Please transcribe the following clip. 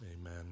amen